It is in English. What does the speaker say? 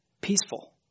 peaceful